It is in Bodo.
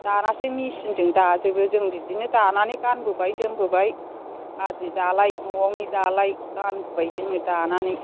दानासो मेसिनजों दाजोबो जों बिदिनो दानानै गानबोबाय जोमबोबाय आदि दालाय न'नि दालाय गानबोबाय जोङो दानानै